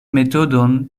metodon